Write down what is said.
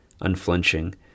unflinching